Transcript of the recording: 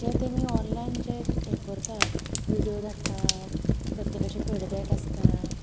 जे तेमी ऑन्लाइन जे हे करतात व्हिडियो धाडटात प्रत्येकाचे फिड्बेक आसता